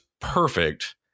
perfect